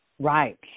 Right